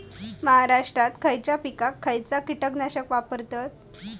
महाराष्ट्रात खयच्या पिकाक खयचा कीटकनाशक वापरतत?